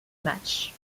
matchs